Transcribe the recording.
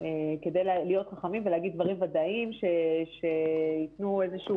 כדי להיות חכמים ולהגיד דברים ודאיים שייתנו איזשהו